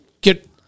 get